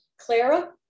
Clara